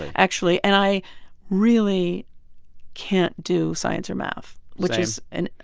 actually. and i really can't do science or math, which is an.